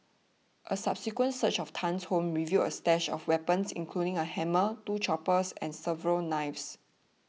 a subsequent search of Tan's home revealed a stash of weapons including a hammer two choppers and several knives